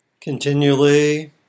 Continually